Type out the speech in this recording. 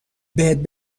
بهت